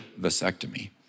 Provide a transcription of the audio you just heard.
vasectomy